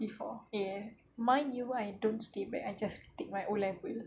before eh mine year one don't stay back I just take my O level